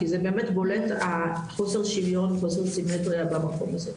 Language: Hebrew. כי זה באמת בולט החוסר שוויון וחוסר סימטריה במקום הזה,